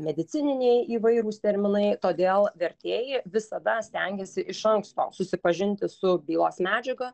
medicininiai įvairūs terminai todėl vertėjai visada stengiasi iš anksto susipažinti su bylos medžiaga